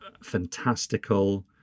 fantastical